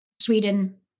Sweden